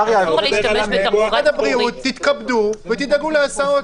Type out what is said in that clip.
משרד הבריאות, תתכבדו ותדאגו להסעות.